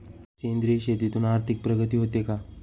सेंद्रिय शेतीतून आर्थिक प्रगती होते का?